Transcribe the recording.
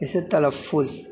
جیسے تلفظ